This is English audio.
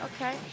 Okay